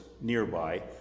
nearby